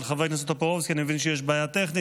של חבר הכנסת טופורובסקי: אני מבין שיש בעיה טכנית.